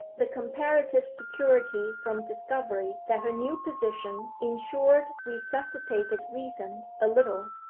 the comparative security from discovery that her new position ensured resuscitated reason a little,